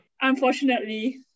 Unfortunately